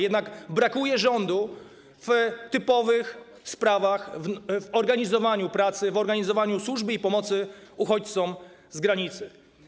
Jednak brakuje rządu w typowych sprawach, w organizowaniu pracy, w organizowaniu służby i pomocy uchodźcom na granicy.